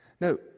no